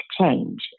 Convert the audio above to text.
change